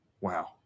Wow